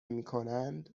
میکنند